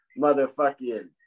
Motherfucking